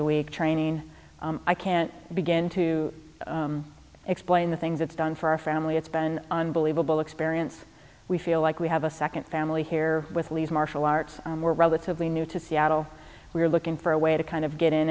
a week training i can't begin to explain the things it's done for our family it's been unbelievable experience we feel like we have a second family here with lee's martial arts we're relatively new to seattle we're looking for a way to kind of get in